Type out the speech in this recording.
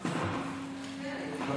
לא,